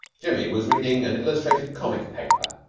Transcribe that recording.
jimmy was reading an illustrated comic paper,